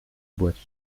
boites